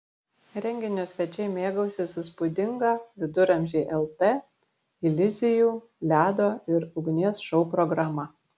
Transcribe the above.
renginio svečiai mėgausis įspūdinga viduramžiai lt iliuzijų ledo ir ugnies šou programa